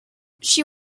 she